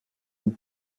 nous